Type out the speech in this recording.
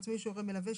עצמאי שהוא הורה מלווה,